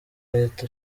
leta